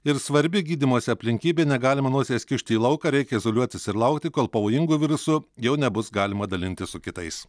ir svarbi gydymosi aplinkybė negalima nosies kišti į lauką reikia izoliuotis ir laukti kol pavojingu virusu jau nebus galima dalintis su kitais